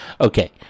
Okay